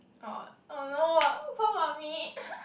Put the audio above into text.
oh no find mummy